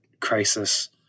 crisis